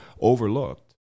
overlooked